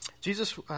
Jesus